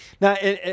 Now